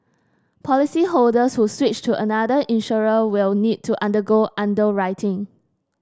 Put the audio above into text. policyholders who switch to another insurer will need to undergo underwriting